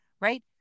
Right